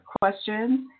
questions